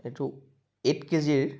এইটো eight KG ৰ